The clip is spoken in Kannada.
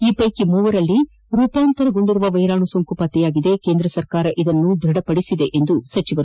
ಈ ಪೈಕಿ ಮೂವರಲ್ಲಿ ರೂಪಾಂತರ ಸೋಂಕು ಪತ್ತೆಯಾಗಿದ್ದು ಕೇಂದ್ರ ಸರ್ಕಾರ ಇದನ್ನು ದೃಢಪಡಿಸಿದೆ ಎಂದರು